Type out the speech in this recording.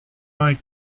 vingt